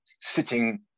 sitting